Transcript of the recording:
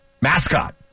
mascot